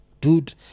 dude